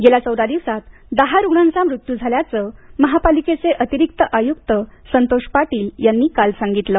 गेल्या चौदा दिवसात दहा रुग्णांचा मृत्यू झाल्याचं महापालिकेचे अतिरिक्त आयुक्त संतोष पाटील यांनी काल सांगितलं